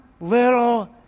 little